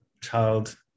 child